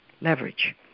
Leverage